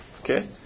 Okay